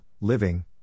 living